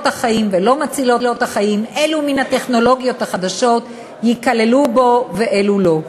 החיים ולא מצילות החיים ואילו מן הטכנולוגיות החדשות ייכללו בו ואילו לא.